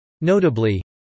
Notably